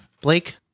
Blake